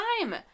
time